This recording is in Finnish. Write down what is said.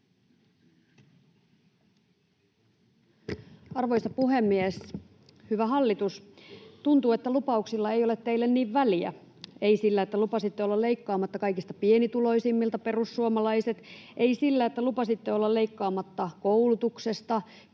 Arvoisa puhemies! Hyvä hallitus, tuntuu, että lupauksilla ei ole teille niin väliä — ei sillä, että lupasitte olla leikkaamatta kaikista pienituloisimmilta, perussuomalaiset; ei sillä, että lupasitte olla leikkaamatta koulutuksesta,